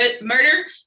Murder